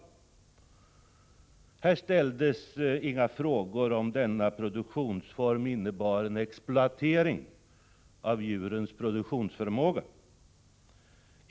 Här frågades inte om denna produktionsform innebar en exploatering av djurens produktionsförmåga.